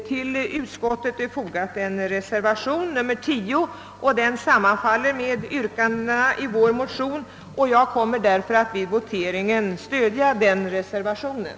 Till utskottsutlåtandet är fogad en reservation nr 10 vilken sammanfaller med yrkandena i vårt motionspar. Jag kommer därför att vid voteringen stödja denna reservation.